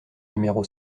numéro